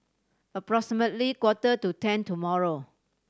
approximately quarter to ten tomorrow